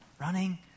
Running